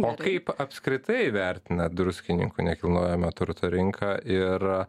o kaip apskritai vertinat druskininkų nekilnojamo turto rinką ir